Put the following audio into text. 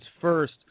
first